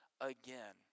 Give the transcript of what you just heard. again